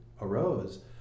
arose